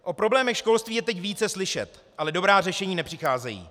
O problémech školství je teď více slyšet, ale dobrá řešení nepřicházejí.